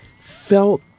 felt